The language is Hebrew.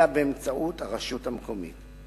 אלא באמצעות הרשות המקומית.